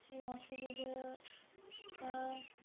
সেই অসুবিধাটা